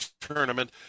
Tournament